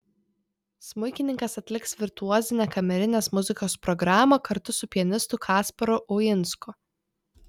smuikininkas atliks virtuozinę kamerinės muzikos programą kartu su pianistu kasparu uinsku